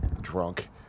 drunk